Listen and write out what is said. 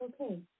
Okay